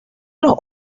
los